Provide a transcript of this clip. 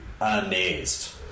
amazed